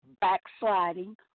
backsliding